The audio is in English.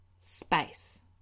space